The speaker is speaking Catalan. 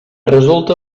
resulta